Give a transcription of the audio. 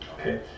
Okay